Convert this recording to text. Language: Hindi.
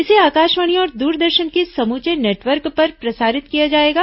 इसे आकाशवाणी और द्रदर्शन के समूचे नेटवर्क पर प्रसारित किया जाएगा